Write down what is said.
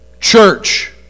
church